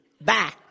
bye